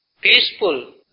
peaceful